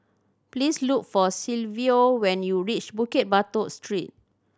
please look for Silvio when you reach Bukit Batok Street